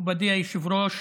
ברור, ברור, מכובדי היושב-ראש,